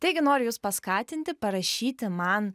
taigi noriu jus paskatinti parašyti man